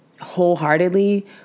wholeheartedly